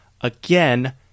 Again